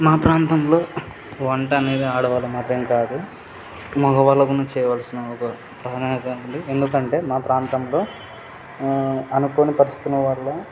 మా ప్రాంతంలో వంట అనేది ఆడవాళ్ళు మాత్రమే కాదు మగవాళ్ళు గున్న చేయవలసిన ఒక పని అయిపోయింది ఎందుకంటే మా ప్రాంతంలో అనుకోని పరిస్థితుల వల్ల